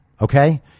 okay